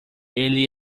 ele